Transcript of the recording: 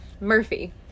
murphy